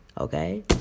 Okay